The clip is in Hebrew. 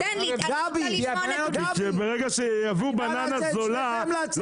תן לי אני רוצה לשמוע נתונים.